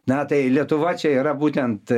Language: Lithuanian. na tai lietuva čia yra būtent